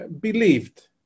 believed